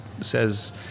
says